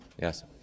yes